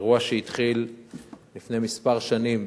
אירוע שהתחיל לפני כמה שנים,